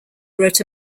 wrote